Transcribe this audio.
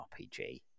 RPG